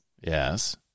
Yes